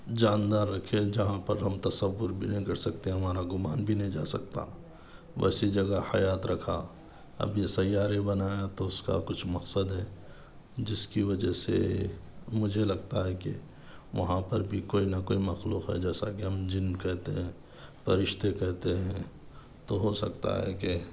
جاندار رکھے جہاں پر ہم تصّور بھی نہیں کرسکتے ہمارا گمان بھی نہیں جا سکتا ویسی جگہ حیات رکھا اب یہ سیارے بنایا تو اُس کا کچھ مقصد ہے جس کی وجہ سے مجھے لگتا ہے کہ وہاں پر بھی کوئی نہ کوئی مخلوق ہے جیسا کے ہم جن کہتے ہیں فرشتے کہتے ہیں تو ہو سکتا ہے کہ